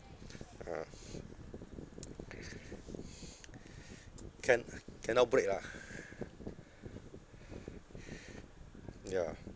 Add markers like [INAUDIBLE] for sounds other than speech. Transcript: ah can cannot break lah [BREATH] ya